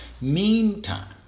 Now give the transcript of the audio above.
meantime